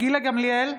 גילה גמליאל,